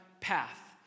path